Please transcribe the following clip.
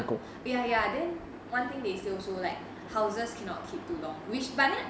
ya ya then one thing they say also like houses cannot keep too long which by then